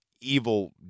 evil